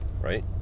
right